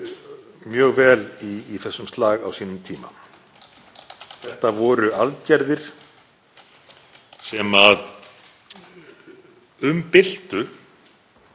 mjög vel í þessum slag á sínum tíma. Þetta voru aðgerðir sem umbyltu